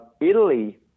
Italy